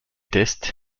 tests